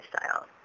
lifestyle